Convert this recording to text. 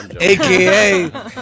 aka